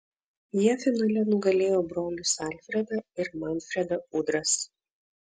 jie finale nugalėjo brolius alfredą ir manfredą udras